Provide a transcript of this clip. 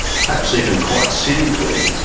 perhaps even quite cynically,